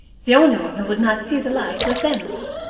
the only one who would not see the light was emily.